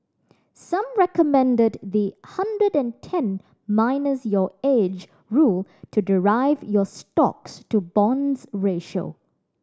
some recommended the hundred and ten minus your age rule to derive your stocks to bonds ratio